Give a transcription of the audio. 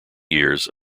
years